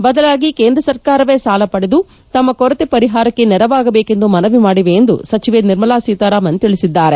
ಬದಲಾಗಿ ಕೇಂದ್ರ ಸರ್ಕಾರವೇ ಸಾಲ ಪಡೆದು ತಮ್ಮ ಕೊರತೆ ಪರಿಹಾರಕ್ಕೆ ನೆರವಾಗಬೇಕೆಂದು ಮನವಿ ಮಾಡಿವೆ ಎಂದು ಸಚಿವೆ ನಿರ್ಮಲಾ ಸೀತಾರಾಮನ್ ತಿಳಿಸಿದ್ದಾರೆ